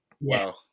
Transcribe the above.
Wow